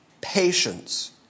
patience